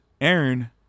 Aaron